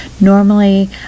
Normally